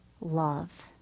love